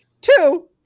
Two